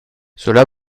cela